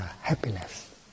happiness